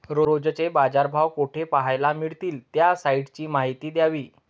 रोजचे बाजारभाव कोठे पहायला मिळतील? त्या साईटची माहिती द्यावी